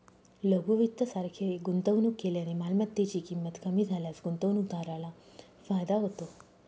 लघु वित्त सारखे गुंतवणूक केल्याने मालमत्तेची ची किंमत कमी झाल्यास गुंतवणूकदाराला फायदा होतो